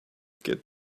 get